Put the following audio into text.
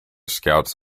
scouts